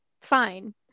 fine